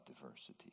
diversity